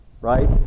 right